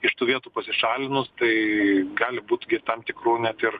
iš tų vietų pasišalinus tai gali būt gi tam tikrų net ir